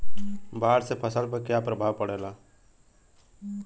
बाढ़ से फसल पर क्या प्रभाव पड़ेला?